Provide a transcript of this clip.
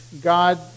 god